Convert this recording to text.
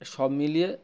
সব মিলিয়ে